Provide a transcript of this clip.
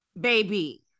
Baby